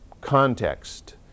context